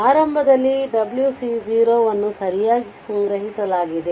ಆರಂಭದಲ್ಲಿ w C0 ಅನ್ನು ಸರಿಯಾಗಿ ಸಂಗ್ರಹಿಸಲಾಗಿದೆ